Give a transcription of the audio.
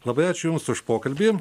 labai ačiū jums už pokalbį